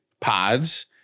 pods